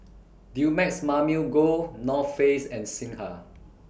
Dumex Mamil Gold North Face and Singha